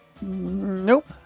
Nope